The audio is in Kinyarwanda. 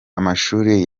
amashuri